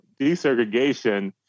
desegregation